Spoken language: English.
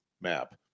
map